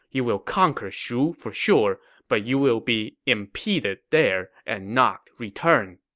you will conquer shu for sure, but you will be impeded there and not return.